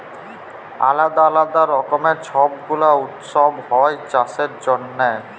আলদা আলদা রকমের ছব গুলা উৎসব হ্যয় চাষের জনহে